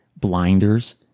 blinders